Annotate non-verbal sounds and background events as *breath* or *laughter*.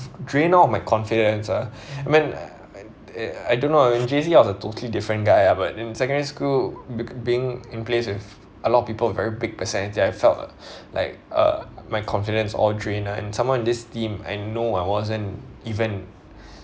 drained out of my confidence ah *breath* when ugh I don't know ah in J_C I was a totally different guy ah but in secondary school bec~ being in place with a lot of people with very big personality that I felt *breath* like uh my confidence all drained ah and some more this team I know I wasn't even